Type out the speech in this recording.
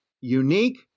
unique